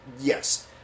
yes